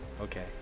Okay